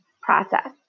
process